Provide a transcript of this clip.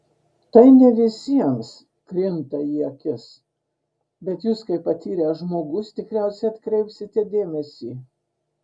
tai ne visiems krinta į akis bet jūs kaip patyręs žmogus tikriausiai atkreipsite dėmesį